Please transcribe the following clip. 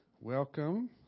Welcome